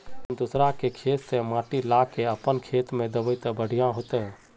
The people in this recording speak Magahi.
हम दूसरा के खेत से माटी ला के अपन खेत में दबे ते बढ़िया होते?